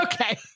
okay